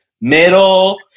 middle